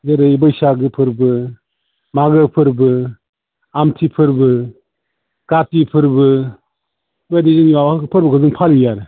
जेरै बैसागो फोरबो मागो फोरबो आमथि फोरबो काति फोरबो बेफोरबायदि जोंनियाव फोरबोफोरखौ फालियो आरो